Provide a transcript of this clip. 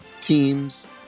teams